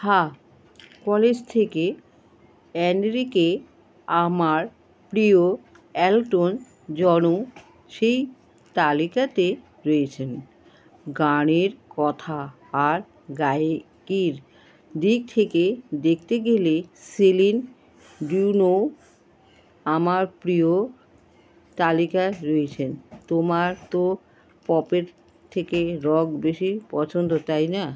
হাঁ কলেজ থেকে এনরিকে আমার প্রিয় এলটন জনও সেই তালিকাতে রয়েছেন গানের কথা আর গায়কির দিক থেকে দেখতে গেলে সেলিন ডাইওন আমার প্রিয়র তালিকায় রয়েছেন তোমার তো পপের থেকে রক বেশি পছন্দ তাই না